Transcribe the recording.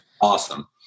Awesome